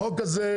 החוק הזה,